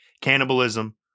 cannibalism